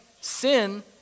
sin